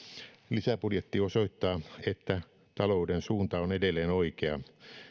lisäbudjetti osoittaa että talouden suunta on edelleen oikea